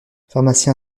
pharmacien